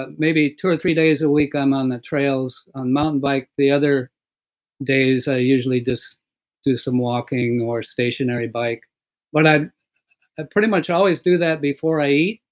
but maybe two or three days a week, i'm on the trails on mountain bike. the other days, i usually just do some walking or stationary bike but i ah pretty much always do that before i